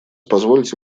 позвольте